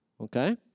Okay